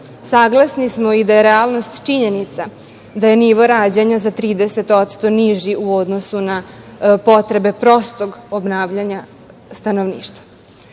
Saglasni smo i da je realnost činjenica da je nivo rađanja za 30% niži u odnosu na potrebe prostog obnavljanja stanovništva.